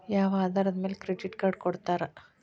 ಯಾವ ಆಧಾರದ ಮ್ಯಾಲೆ ಕ್ರೆಡಿಟ್ ಕಾರ್ಡ್ ಕೊಡ್ತಾರ?